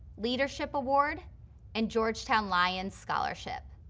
leadership award and georgetown lions scholarship.